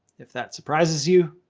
if that surprises you.